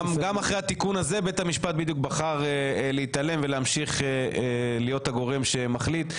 גם אחרי התיקון הזה בית המשפט בחר להתעלם ולהמשיך להיות הגורם שמחליט.